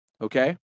Okay